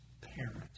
parents